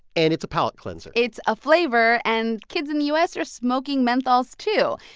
and it's a palate cleanser it's a flavor, and kids in the u s. are smoking menthols, too.